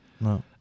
no